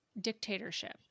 dictatorship